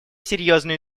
серьезную